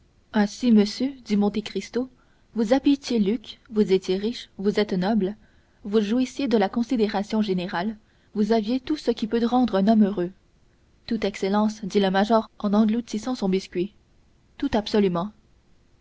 ainsi monsieur dit monte cristo vous habitiez lucques vous étiez riche vous êtes noble vous jouissiez de la considération générale vous aviez tout ce qui peut rendre un homme heureux tout excellence dit le major en engloutissant son biscuit tout absolument